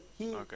okay